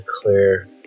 clear